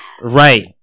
right